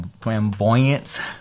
flamboyant